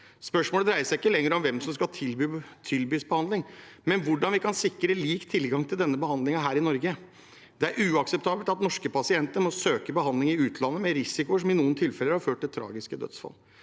Spørsmålet dreier seg ikke lenger om hvem som skal tilbys behandling, men hvordan vi kan sikre lik tilgang til denne behandlingen her i Norge. Det er uakseptabelt at norske pasienter må søke behandling i utlandet, med risikoer som i noen tilfeller har ført til tragiske dødsfall.